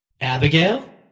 Abigail